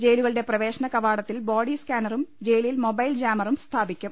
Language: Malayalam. ജയിലുകളുടെ കവാടത്തിൽ ബോഡി സ്കാനറും ജയിലിൽ മൊബൈൽ ജാമറും സ്ഥാപിക്കും